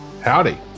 Howdy